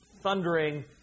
thundering